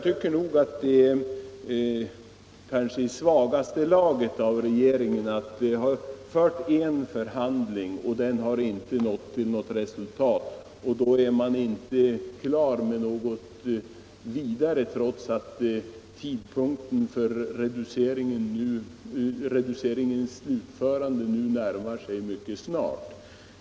Det är i svagaste laget av regeringen att inte vara klar med några åtgärder, trots att tidpunkten för reduceringens slutförande nu närmar sig mycket snabbt.